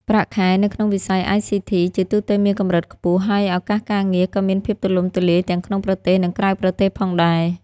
ប្រាក់ខែនៅក្នុងវិស័យ ICT ជាទូទៅមានកម្រិតខ្ពស់ ហើយឱកាសការងារក៏មានភាពទូលំទូលាយទាំងក្នុងប្រទេសនិងក្រៅប្រទេសផងដែរ។